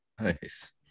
Nice